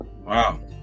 Wow